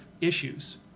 issues